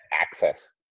access